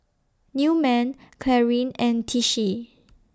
Newman Clarine and Tishie